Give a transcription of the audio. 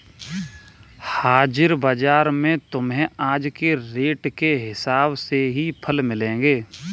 हाजिर बाजार में तुम्हें आज के रेट के हिसाब से ही फल मिलेंगे